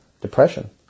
depression